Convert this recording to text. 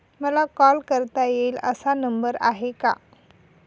मला कॉल करता येईल असा नंबर आहे का?